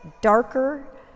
darker